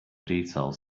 details